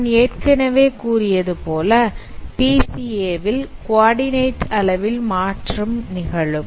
நான் ஏற்கனவே கூறியதுபோல பிசிஏ வில் குவடிநெட் அளவில் மாற்றம் நிகழும்